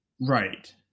Right